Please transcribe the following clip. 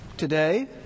today